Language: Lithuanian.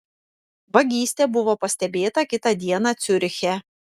vagystė buvo pastebėta kitą dieną ciuriche